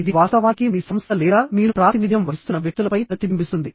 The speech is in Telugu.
ఇది వాస్తవానికి మీ సంస్థ లేదా మీరు ప్రాతినిధ్యం వహిస్తున్న వ్యక్తులపై ప్రతిబింబిస్తుంది